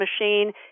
machine